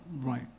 right